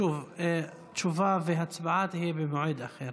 שוב, תשובה והצבעה יהיו במועד אחר.